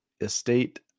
estate